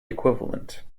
equivalent